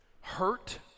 Hurt